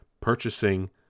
purchasing